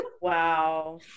Wow